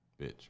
bitch